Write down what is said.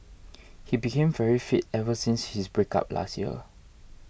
he became very fit ever since his breakup last year